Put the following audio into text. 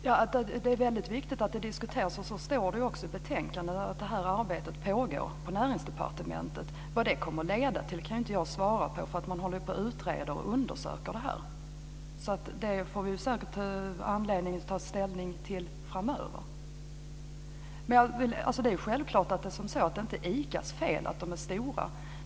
Herr talman! Det är väldigt viktigt att det diskuteras. Det står också i betänkandet att det här arbetet pågår i Näringsdepartementet. Vad det kommer att leda till kan inte jag svara på, eftersom man håller på att utreda och undersöka det här. Vi får säkert anledning att ta ställning till det framöver. Det är självklart inte ICA:s fel att man är stor.